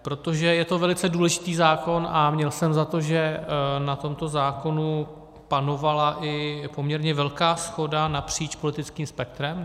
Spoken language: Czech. Protože je to velice důležitý zákon a měl jsem za to, že na tomto zákonu panovala i poměrně velká shoda napříč politickým spektrem.